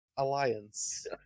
Alliance